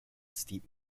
steep